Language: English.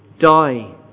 die